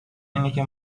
اینکه